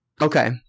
Okay